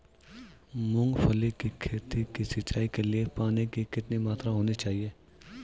मूंगफली की खेती की सिंचाई के लिए पानी की कितनी मात्रा होनी चाहिए?